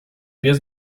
pies